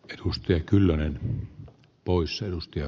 edustaja kyllönen on poissa ja